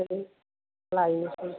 लायनोसै